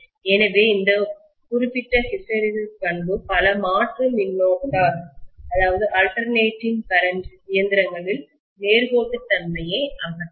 எனவே இந்த குறிப்பிட்ட ஹிஸ்டெரெசிஸ் பண்பு பல மாற்று மின்னோட்டஅல்டர் நேட்டிங் கரண்ட் இயந்திரங்களில் நேர்கோட்டுத்தன்மையை அகற்றும்